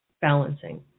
balancing